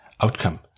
outcome